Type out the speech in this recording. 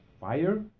fire